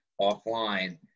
offline